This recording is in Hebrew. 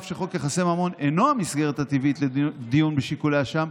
אף שחוק יחסי ממון אינו המסגרת הטבעית לדיון בשיקולי אשם,